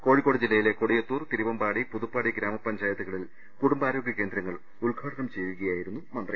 കോഴിക്കോട് ജില്ലയിലെ കൊടിയത്തൂർ തിരുവമ്പാടി പുതുപ്പാടി ഗ്രാമപഞ്ചായത്തുകളിൽ കുടും ബാരോഗ്യ കേന്ദ്രങ്ങൾ ഉദ്ഘാടനം ചെയ്യുകയായിരുന്നു മന്ത്രി